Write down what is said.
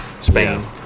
spain